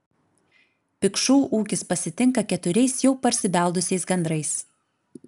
pikšų ūkis pasitinka keturiais jau parsibeldusiais gandrais